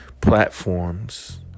platforms